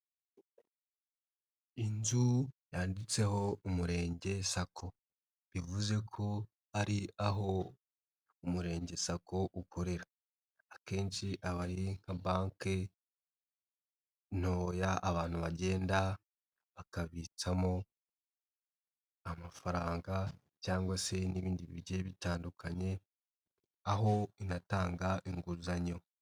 Inzu yanditseho Umurenge SACCO, bivuze ko ari aho Umurenge SACCO ukorera, akenshi aba ari nka banki ntoya abantu bagenda bakabitsamo amafaranga cyangwa se n'ibindi bigiye bitandukanye aho inatanga inguzanyo.